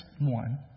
one